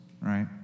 right